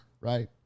right